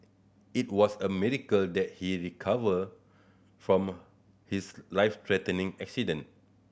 it was a miracle that he recovered from his life threatening accident